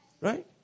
Right